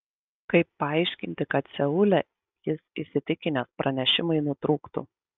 kaip paaiškinti kad seule jis įsitikinęs pranešimai nutrūktų